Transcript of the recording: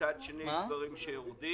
ומצד שני יש דברים שיורדים.